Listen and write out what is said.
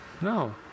No